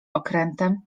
okrętem